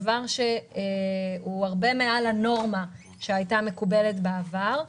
דבר שהוא הרבה מעל הנורמה שהייתה מקובלת בעבר.